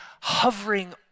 hovering